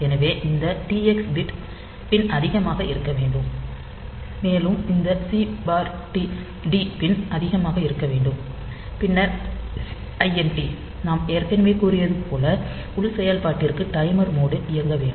எனவே இந்த T x pin அதிகமாக இருக்க வேண்டும் மேலும் இந்த சி டி பின் அதிகமாக இருக்க வேண்டும் பின்னர் ஐஎன்டி நான் ஏற்கனவே கூறியது போல் உள் செயல்பாட்டிற்கு டைமர் மோட் ல் இயங்க வேண்டும்